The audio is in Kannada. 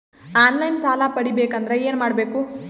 ಆನ್ ಲೈನ್ ಸಾಲ ಪಡಿಬೇಕಂದರ ಏನಮಾಡಬೇಕು?